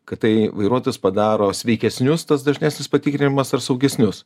kad tai vairuotojus padaro sveikesnius tas dažnesnis patikrinimas ar saugesnius